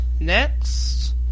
Next